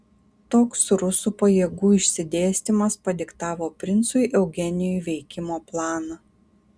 toks rusų pajėgų išsidėstymas padiktavo princui eugenijui veikimo planą